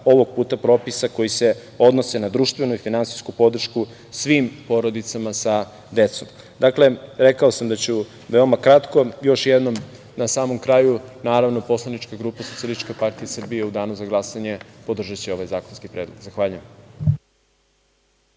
Ovog puta propisa koji se odnose na društveno i finansijsku podršku svim porodicama sa decom. Dakle, rekao sam da ću veoma kratko. Još jednom, na samom kraju, naravno, poslanička grupa SPS u danu za glasanje podržaće ovaj zakonski predlog. Zahvaljujem.